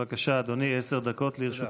בבקשה, אדוני, עשר דקות לרשותך.